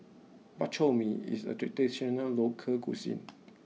Bak Chor Mee is a traditional local cuisine